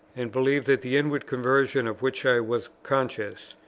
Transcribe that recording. and believed that the inward conversion of which i was conscious,